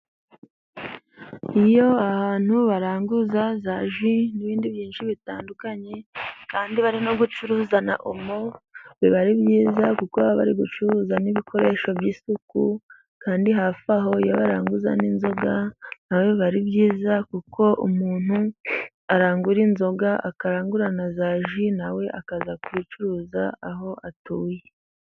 Iyo ahantu baranguza za ji n'ibindi byinshi bitandukanye, kandi bari no gucuruza na omo biba ari byiza, kuko baba bari gucuruza n'ibikoresho by'isuku, kandi hafi aho iyo baranguza n'inzoga nawe biba ari byiza, kuko umuntu arangura inzoga, akarangura na za ju, nawe akajya kubicuruza aho atuye.